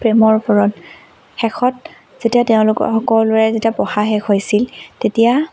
প্ৰেমৰ ওপৰত শেষত যেতিয়া তেওঁলোকৰ সকলোৰে যেতিয়া পঢ়া শেষ হৈছিল তেতিয়া